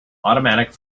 automatic